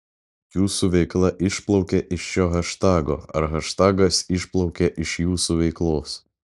jūsų veikla išplaukė iš šio haštago ar haštagas išplaukė iš jūsų veiklos